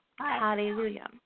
Hallelujah